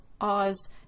Oz